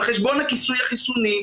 על חשבון הכיסוי החיסוני,